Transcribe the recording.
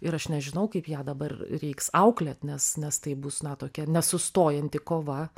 ir aš nežinau kaip ją dabar reiks auklėt nes nes tai bus na tokia nesustojanti kova